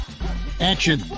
action